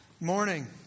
Morning